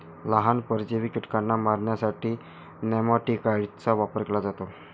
लहान, परजीवी कीटकांना मारण्यासाठी नेमॅटिकाइड्सचा वापर केला जातो